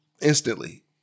Instantly